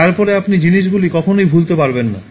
তারপরে আপনি জিনিসগুলি কখনই ভুলতে পারবেন না